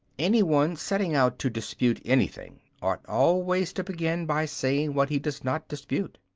any one setting out to dispute anything ought always to begin by saying what he does not dispute.